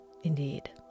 indeed